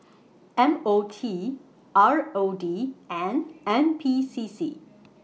M O T R O D and N P C C